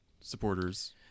supporters